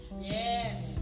Yes